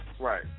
Right